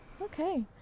Okay